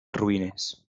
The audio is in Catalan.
ruïnes